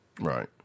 Right